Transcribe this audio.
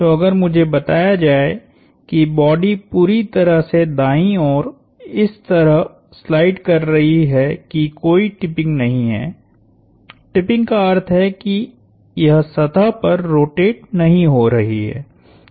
तो अगर मुझे बताया जाए कि बॉडी पूरी तरह से दाईं ओर इस तरह स्लाइड कर रही है कि कोई टिपिंग नहीं है टिपिंग का अर्थ है कि यह सतह पर रोटेट नहीं हो रही है